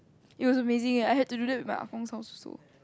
it was amazing eh I had to do that with my Ah-Gong's house also